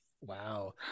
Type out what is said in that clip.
Wow